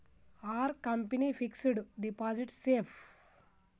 Are company fixed deposit safe?